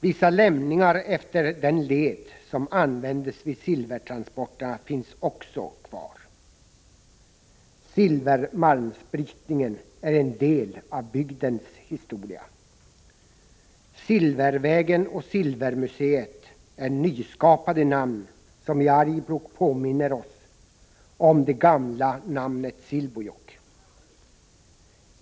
Vissa lämningar efter den led som användes vid silvertransporterna finns också kvar. Silvermalmsbrytningen är en del av bygdens historia. Silvervägen och Silvermuseet är nyskapade namn som påminner oss i Arjeplog om det gamla namnet Silbojåkk.